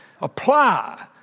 apply